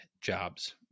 jobs